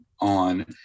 on